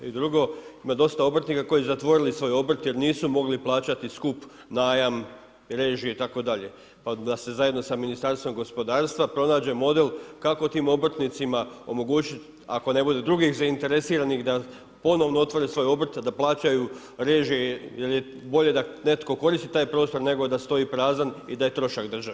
I drugo, ima dosta obrtnika koji su zatvorili svoj obrt jer nisu mogli plaćati skup najam, režije itd. pa da se zajedno sa Ministarstvom gospodarstva pronađe model kako tim obrtnicima omogućiti ako ne bude drugih zainteresiranih da ponovno otvore svoje obrte, da plaćaju režije jer je bolje da netko koristi taj prostor nego da stoji prazan i da je trošak državi.